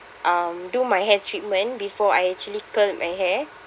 um do my hair treatment before I actually curl my hair